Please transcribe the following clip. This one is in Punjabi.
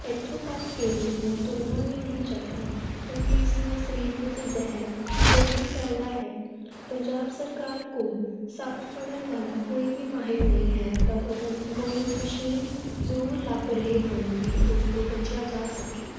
ਇੱਥੋਂ ਤੱਕ ਕਿ ਉਸ ਨੂੰ ਤੁਰਨਾ ਵੀ ਨਹੀਂ ਚਾਹੀਦਾ ਕਿਉਂਕਿ ਇਸ ਨਾਲ ਸਰੀਰ ਵਿੱਚ ਜ਼ਹਿਰ ਜਲਦੀ ਫੈਲਦਾ ਹੈ ਪੰਜਾਬ ਸਰਕਾਰ ਕੋਲ ਸੱਪ ਫੜਨ ਵਾਲਾ ਕੋਈ ਵੀ ਮਾਹਿਰ ਨਹੀਂ ਹੈ ਪਰ ਉਹ ਕੋਈ ਮਸ਼ੀਨ ਜ਼ਰੂਰ ਲੱਭ ਰਹੇ ਹਨ ਵੀ ਉਸ ਤੋਂ ਬਚਿਆ ਜਾ ਸਕੇ